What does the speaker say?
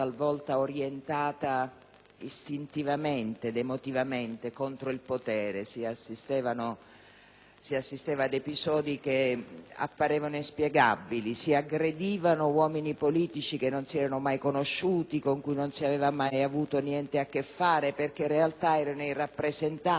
istintivamente ed emotivamente contro il potere; si assisteva ad episodi che apparivano inspiegabili: si aggredivano uomini politici che non si erano mai conosciuti, con cui non si aveva mai avuto niente a che fare, perché in realtà erano i rappresentanti di un potere istituzionale avvertito